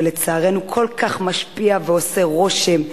ולצערי כל כך משפיע ועושה רושם,